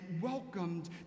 welcomed